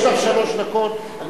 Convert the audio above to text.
יש לך שלוש דקות.